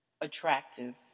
attractive